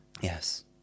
yes